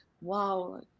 wow